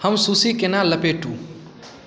हम सुशी केना लपेटु